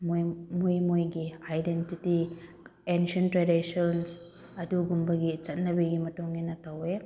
ꯃꯣꯏ ꯃꯣꯏꯒꯤ identity ancient tradition ꯑꯗꯨꯒꯨꯝꯕꯒꯤ ꯆꯠꯅꯕꯤꯒꯤ ꯃꯇꯨꯡ ꯏꯟꯅ ꯇꯧꯋꯦ